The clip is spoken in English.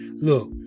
Look